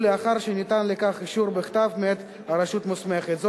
ולאחר שניתן לכך אישור בכתב מאת רשות מוסמכת.